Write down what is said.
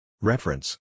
Reference